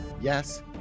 yes